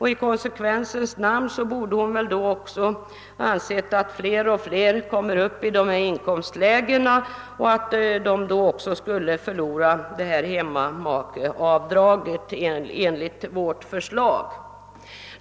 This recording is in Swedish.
I konsekvensens namn borde väl fru Kristensson också anse att allt flera kommer upp i dessa inkomstlägen och att de då också skulle förlora hemmamakeavdraget enligt vårt förslag.